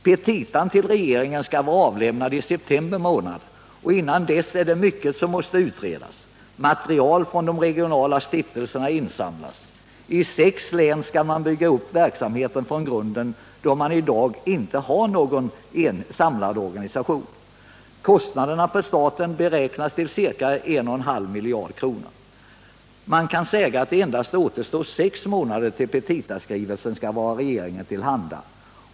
Petitan till regeringen skall vara avlämnad i september. Innan dess är det mycket som måste utredas. Material från de regionala stiftelserna måste insamlas. I sex län skall man bygga upp verksamheten från grunden, då man i dag inte har någon samlad organisation. Kostnaderna för staten kan beräknas till ca 1,5 miljarder kronor. Man kan säga att det endast återstår sex månader tills petitaskrivelsen skall vara regeringen till handa.